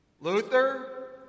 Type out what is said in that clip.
Luther